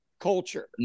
culture